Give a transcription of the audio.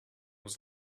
was